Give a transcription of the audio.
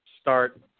start